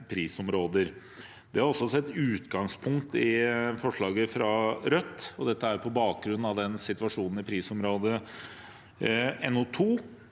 Det har også sitt utgangspunkt i forslaget fra Rødt, og det er på bakgrunn av situasjonen i prisområdet NO2,